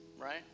right